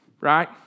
right